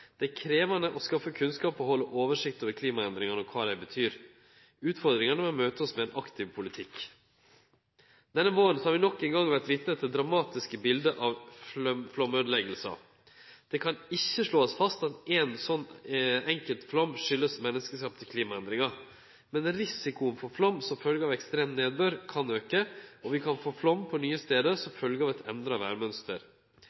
Det er krevjande å skaffe kunnskap og halde oversikt over klimaendringane og kva dei betyr. Utfordringane må verte møtt med ein aktiv politikk. Denne våren har vi nok ein gong vore vitne til dramatiske bilde av flaumøydeleggingar. Ein kan ikkje slå fast at ein slik flaum aleine kjem av menneskeskapte klimaendringar. Men risikoen for flaum som følgje av ekstrem nedbør kan auke. Vi kan få flaum på nye stader som